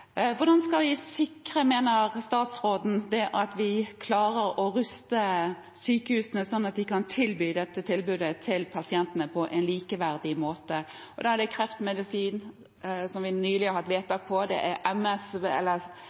hvordan mener statsråden vi skal sikre at vi klarer å ruste sykehusene sånn at de kan ha dette tilbudet til pasientene på en likeverdig måte? Det er kreftmedisin, som vi nylig har hatt vedtak på, det er